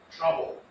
Trouble